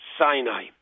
Sinai